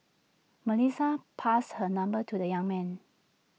Melissa passed her number to the young man